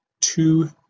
two